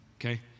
okay